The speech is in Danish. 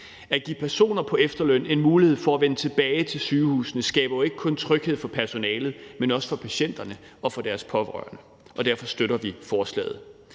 At give personer på efterløn en mulighed for at vende tilbage til sygehusene, skaber jo ikke kun tryghed for personalet, men også for patienterne og for deres pårørende, og derfor støtter vi forslaget.